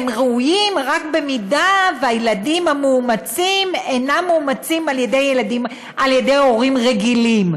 הם ראויים רק במידה שהילדים המאומצים אינם מאומצים על ידי הורים רגילים.